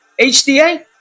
HDA